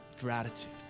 gratitude